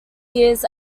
years